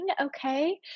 Okay